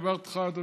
דיברתי איתך על זה,